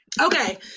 Okay